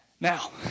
Now